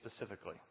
specifically